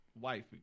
wife